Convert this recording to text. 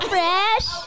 Fresh